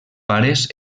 pares